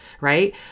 right